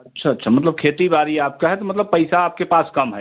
अच्छा अच्छा मतलब खेती बाड़ी आपका है मतलब पैसा आपके पास कम है